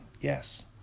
yes